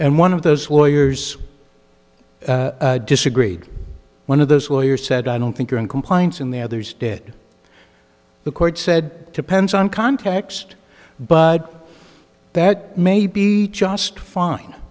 and one of those lawyers disagreed one of those lawyers said i don't think you're in compliance in the others did the court said depends on context but that may be just fine